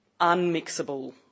unmixable